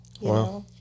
Wow